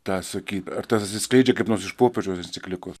tą sakyt ar tas atsiskleidžia kaip nors iš popiežiaus enciklikos